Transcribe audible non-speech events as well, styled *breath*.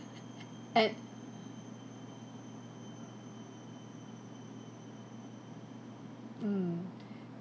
and mm *breath*